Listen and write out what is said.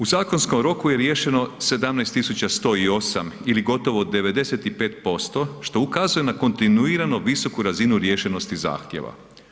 U zakonskom roku je riješeno 17 108 ili gotovo 95%, što ukazuje na kontinuirano visoku razinu riješenosti zahtjeva.